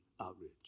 outreach